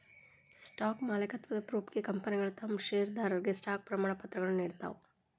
stock ಮಾಲೇಕತ್ವದ ಪ್ರೂಫ್ಗೆ ಕಂಪನಿಗಳ ತಮ್ ಷೇರದಾರರಿಗೆ ಸ್ಟಾಕ್ ಪ್ರಮಾಣಪತ್ರಗಳನ್ನ ನೇಡ್ತಾವ